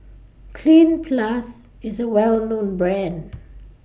Cleanz Plus IS A Well known Brand